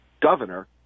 governor